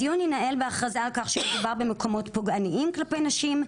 הדיון יינעל בהכרזה על כך שמדובר במקומות פוגעניים כלפי נשים,